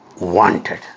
wanted